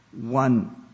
one